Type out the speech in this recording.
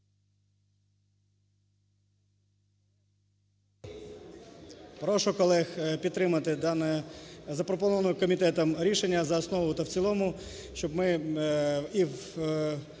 Прошу колег підтримати дане запропоноване комітетом рішення за основу та в цілому, щоб ми і в